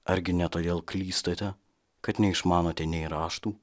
argi ne todėl klystate kad neišmanote nei raštų